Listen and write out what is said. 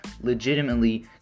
legitimately